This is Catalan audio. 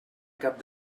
cap